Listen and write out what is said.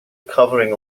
covering